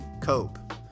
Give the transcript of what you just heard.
cope